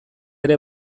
ere